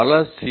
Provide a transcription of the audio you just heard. பல சி